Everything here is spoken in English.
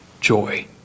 joy